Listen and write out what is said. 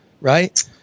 right